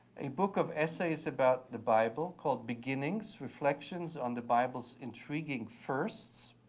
a book of essays about the bible called beginnings reflections on the bible's intriguing firsts.